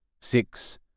Six